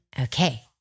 Okay